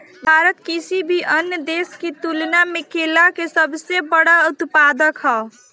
भारत किसी भी अन्य देश की तुलना में केला के सबसे बड़ा उत्पादक ह